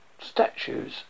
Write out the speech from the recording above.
statues